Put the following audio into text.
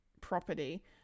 property